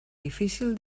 difícil